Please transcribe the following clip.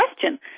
question